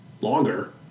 longer